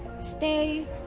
Stay